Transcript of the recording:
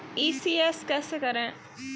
ECS कैसे करें?